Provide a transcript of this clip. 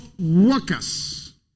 Workers